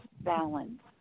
balance